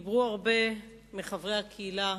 דיברו הרבה מחברי הקהילה